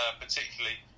particularly